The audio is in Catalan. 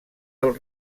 del